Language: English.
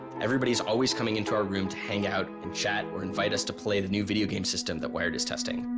everybody's is always coming into our room to hang out and chat or invite us to play the new video game system that wired is testing.